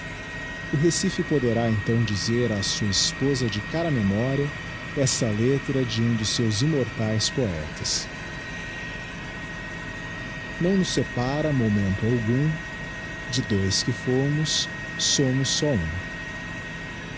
o recife poderá então dizer á sua esposa de cara memoria esta letra de um dos seus immortaes poetas não nos separa momento algum de dois que fomos somos só um